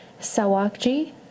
Sawakji